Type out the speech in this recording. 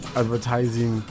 advertising